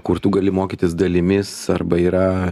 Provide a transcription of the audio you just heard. kur tu gali mokytis dalimis arba yra